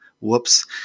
Whoops